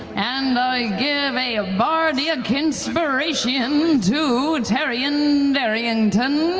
and i give a ah bard-iac inspiray-tion to taryon darry-ington.